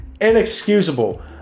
inexcusable